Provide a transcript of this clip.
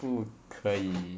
不可以